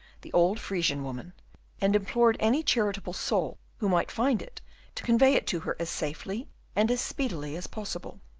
the old frisian woman and implored any charitable soul who might find it to convey it to her as safely and as speedily as possible.